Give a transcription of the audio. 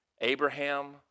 Abraham